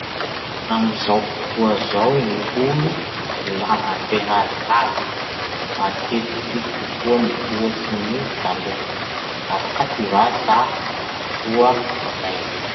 Amizao fotoa zao gny olo, la mandeha lavitsy matetiky kokoa mihoatsy gny taloha. Raty va sa soa zay?